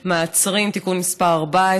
מעצרים) (תיקון מס' 14)